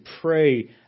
pray